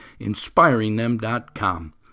InspiringThem.com